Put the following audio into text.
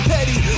Petty